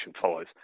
follows